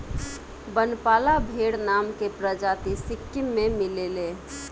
बनपाला भेड़ नाम के प्रजाति सिक्किम में मिलेले